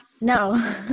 no